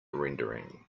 rendering